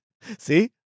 See